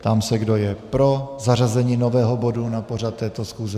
Ptám se, kdo je pro zařazení nového bodu na pořad této schůze?